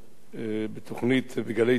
בתוכנית ב"גלי צה"ל",